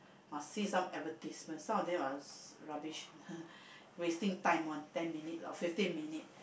must see some advertisements some of them are rubbish wasting time [one] ten minute or fifteen minute